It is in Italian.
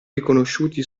riconosciuti